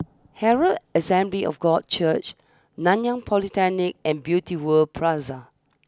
Herald Assembly of God Church Nanyang Polytechnic and Beauty World Plaza